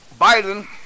Biden